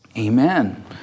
Amen